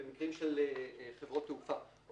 במקרים של חברות תעופה,